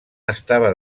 estava